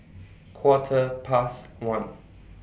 Quarter Past one